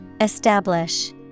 Establish